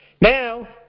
Now